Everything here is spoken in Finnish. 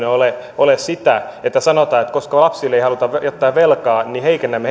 ole ole sitä että sanotaan että koska lapsille ei haluta jättää velkaa niin heikennämme